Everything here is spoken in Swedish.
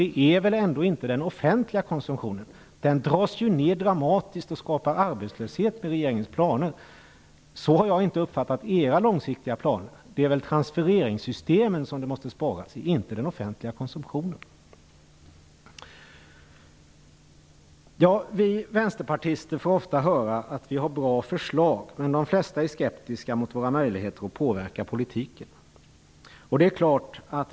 Det gäller väl inte den offentliga konsumtionen? Den minskas ju dramatiskt och skapar arbetslöshet med regeringens planer. Så har jag inte uppfattat era långsiktiga planer. Det är väl i transfereringssystem som man måste spara och inte i den offentliga konsumtionen? Vi vänsterpartister får ofta höra att vi har bra förslag, men de flesta är skeptiska till våra möjligheter att påverka politiken.